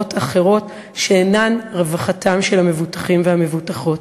למטרות אחרות שאינן רווחתם של המבוטחים והמבוטחות.